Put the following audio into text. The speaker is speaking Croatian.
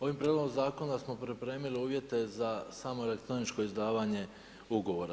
Ovim prijedlogom zakona smo pripremili uvjete za samoelektroničko izdavanje ugovora.